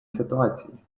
ситуації